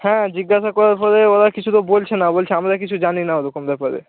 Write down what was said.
হ্যাঁ জিজ্ঞাসা করার পরে ওরা কিছু তো বলছে না বলছে আমরা কিছু জানি না ওরকম ব্যাপারে